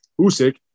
Usyk